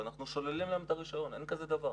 ואנחנו שוללים להם את הרישיון, אין כזה דבר.